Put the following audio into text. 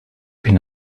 can